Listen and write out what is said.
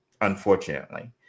unfortunately